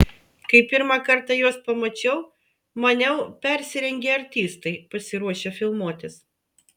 kai pirmą kartą juos pamačiau maniau persirengę artistai pasiruošę filmuotis